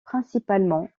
principalement